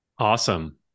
Awesome